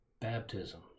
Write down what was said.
baptism